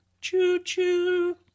Choo-choo